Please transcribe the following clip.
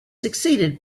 succeeded